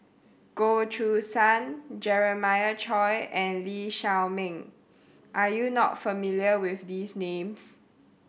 Goh Choo San Jeremiah Choy and Lee Shao Meng are you not familiar with these names